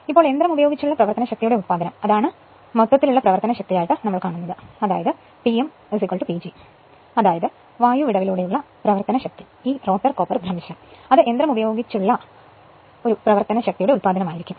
ഇപ്പോൾ യന്ത്രം ഉപയോഗിച്ചുള്ള പ്രവർത്തന ശക്തിയുടെ ഉത്പാദനം അതായത് മൊത്തത്തിലുള്ള പ്രവർത്തന ശക്തി അതായത് പിഎം PG അതായത് വായു വിടവിലൂടെയുള്ള പ്രവർത്തന ശക്തി ഈ റോട്ടർ കോപ്പർ ഭ്രംശം അത് യന്ത്രം ഉപയോഗിച്ചുള്ള പ്രവർത്തന ശക്തിയുടെ ഉത്പാദനം ആയിരിക്കും